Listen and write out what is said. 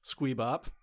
Squeebop